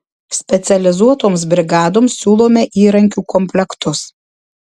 specializuotoms brigadoms siūlome įrankių komplektus